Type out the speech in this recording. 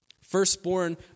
Firstborn